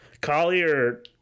Collier